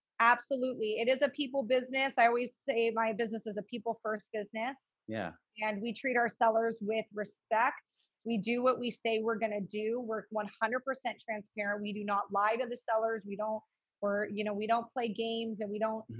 absolutely. it is a people business. i always say my business is a people first business yeah and we treat our sellers with respect. so we do what we say we're gonna do we're one hundred percent transparent. we do not lie to the sellers. we don't we're, you know, we don't play games and we don't